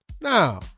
Now